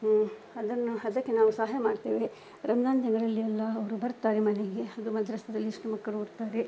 ಅದನ್ನು ಅದಕ್ಕೆ ನಾವು ಸಹಾಯ ಮಾಡ್ತೇವೆ ರಂಜಾನ್ ತಿಂಗಳಲ್ಲೆಲ್ಲ ಅವರು ಬರ್ತಾರೆ ಮನೆಗೆ ಅದು ಮದ್ರಸಾದಲ್ಲಿ ಎಷ್ಟು ಮಕ್ಕಳು ಓದ್ತಾರೆ